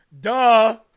Duh